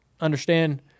understand